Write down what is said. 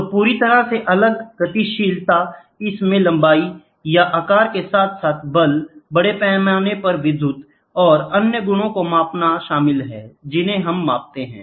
तो पूरी तरह से अलग गतिशीलता इसमें लंबाई या आकार के साथ साथ बल बड़े पैमाने पर विद्युत और अन्य गुणों को मापना शामिल है जिन्हें हम मापते हैं